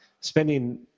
spending